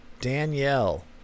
Danielle